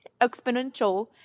exponential